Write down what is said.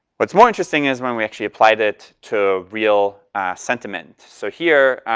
what's more interesting is when we actually applied it to real sentiment. so here,